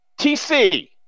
TC